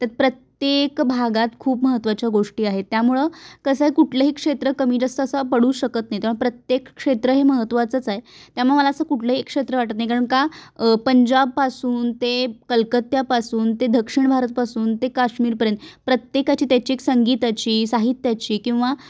त्या प्रत्येक भागात खूप महत्त्वाच्या गोष्टी आहेत त्यामुळं कसं कुठलंही क्षेत्र कमी जास्त असं पडू शकत नाही तेव्हा प्रत्येक क्षेत्र हे महत्त्वाचंच आहे त्यामुळे मला असं कुठलंही एक क्षेत्र वाटत नाही कारण का पंजाबपासून ते कलकत्त्यापासून ते दक्षिण भारतपासून ते काश्मीरपर्यंत प्रत्येकाची त्याची एक संगीताची साहित्याची किंवा